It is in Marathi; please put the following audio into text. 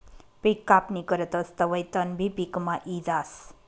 पिक कापणी करतस तवंय तणबी पिकमा यी जास